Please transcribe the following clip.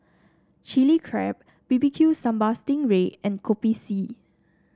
Chili Crab B B Q Sambal Sting Ray and Kopi C